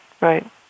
right